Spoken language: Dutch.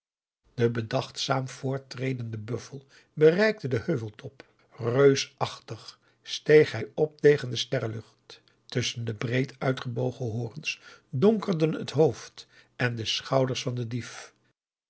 de bedachtzaam voorttredende buffel bereikte den heuveltop reusachtig steeg hij op tegen de sterrelucht tusschen de breed uitgebogen horens donkerden het hoofd en de schouders van den dief